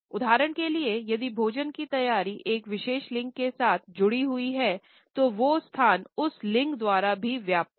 उदाहरण के लिएयदि भोजन की तैयारी एक विशेष लिंग के साथ जुड़ी हुई है तो वो स्थान उस लिंग द्वारा भी व्याप्त है